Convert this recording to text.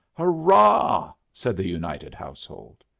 hurrah! said the united household.